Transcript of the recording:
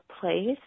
place